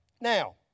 Now